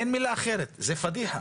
אין מילה אחרת, זה פדיחה.